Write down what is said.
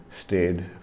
stayed